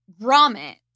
grommet